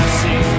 see